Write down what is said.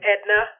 Edna